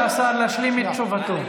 בואו ניתן לשר להשלים את תשובתו.